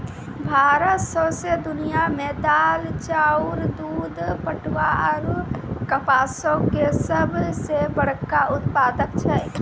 भारत सौंसे दुनिया मे दाल, चाउर, दूध, पटवा आरु कपासो के सभ से बड़का उत्पादक छै